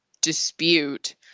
dispute